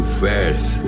first